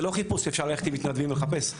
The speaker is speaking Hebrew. זה לא חיפוש שניתן ללכת עם מתנדבים ולחפש,